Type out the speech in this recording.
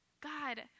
God